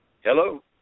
Hello